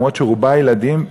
אף-על-פי שרובה ילדים,